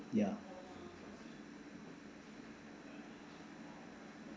ya